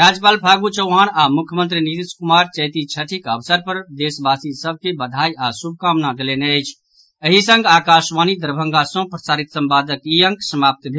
राज्यपाल फागू चौहान आओर मुख्यमंत्री नीतीश कुमार चैती छठिक अवसर पर प्रदेशवासी सभ के बधाई आ शुभकामना देलनि अछिं एहि संग आकाशवाणी दरभंगा सँ प्रसारित संवादक ई अंक समाप्त भेल